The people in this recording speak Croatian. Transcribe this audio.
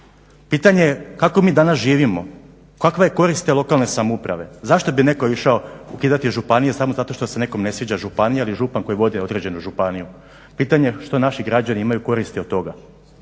Pitanje je kako mi danas živimo, kakva je korist te lokalne samouprave. Zašto bi netko išao ukidati županije samo zato što se nekom ne sviđa županija ili župan koji vodi određenu županiju. Pitanje je što naši građani imaju koristi od toga.